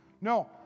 No